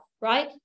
right